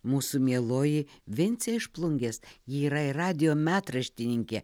mūsų mieloji vincė iš plungės ji yra ir radijo metraštininkė